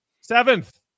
Seventh